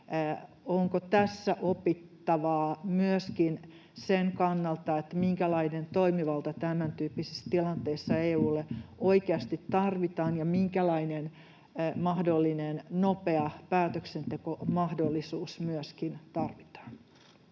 onko tässä opittavaa myöskin sen kannalta, minkälainen toimivalta tämän tyyppisissä tilanteissa EU:lle oikeasti tarvitaan ja minkälainen mahdollinen nopea päätöksentekomahdollisuus myöskin tarvitaan.